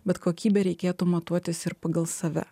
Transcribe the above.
bet kokybę reikėtų matuotis ir pagal save